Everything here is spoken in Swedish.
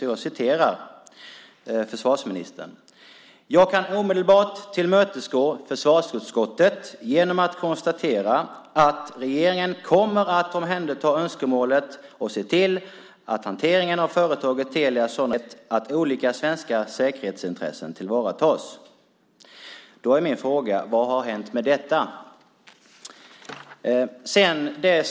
Han sade: "Jag kan omedelbart tillmötesgå försvarsutskottet genom att konstatera att regeringen kommer att omhänderta önskemålet och se till att hanteringen av företaget Telia Sonera sker på ett sådant sätt att olika svenska säkerhetsintressen tillvaratas." Då är min fråga: Vad har hänt med detta?